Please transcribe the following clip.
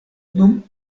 dum